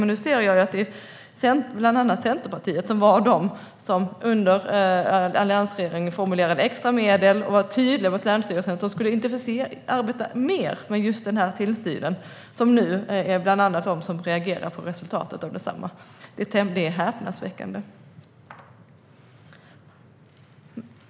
Men nu ser jag att det bland annat är Centerpartiet, som under alliansregeringen formulerade extra medel och var tydlig mot länsstyrelserna om att de skulle arbeta mer med just tillsynen, som nu reagerar på resultatet av detsamma. Det är häpnadsväckande.